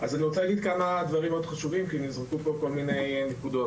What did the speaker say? אני רוצה להגיד כמה דברים חשובים כי נזרקו פה כל מיני נקודות.